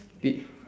tick